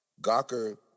Gawker